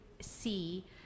see